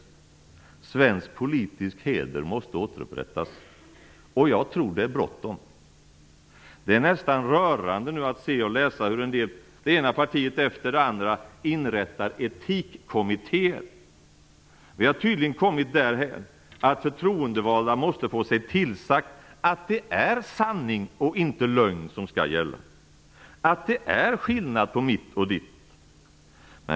Svensk politisk heder måste återupprättas. Jag tror att det är bråttom. Det är nästan rörande att se och läsa hur det ena partiet efter det andra nu inrättar etikkommitteér. Vi har tydligen kommit därhän att förtroendevalda måste få sig tillsagt att det är sanning och inte lögn som skall gälla, att det är skillnad på mitt och ditt.